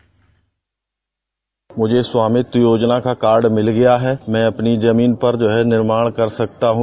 bite मुझे स्वामित्व योजना का कार्ड मि गया है मैं अपनी जमीन पर जो है निर्माण कर सकता हूं